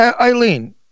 Eileen